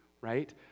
right